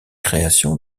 création